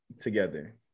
together